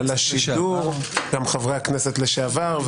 לחברי הכנסת לשעבר,